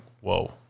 Whoa